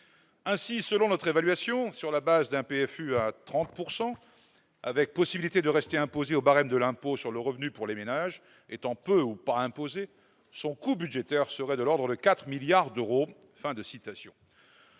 Ainsi, selon notre évaluation, sur la base d'un PFU à 30 % avec possibilité de rester imposé au barème de l'impôt sur le revenu pour les ménages étant peu ou pas imposés, son coût budgétaire serait de l'ordre de 4 milliards d'euros.